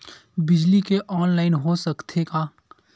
बिजली के ऑनलाइन हो सकथे का?